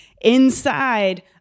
inside